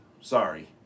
Sorry